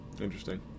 Interesting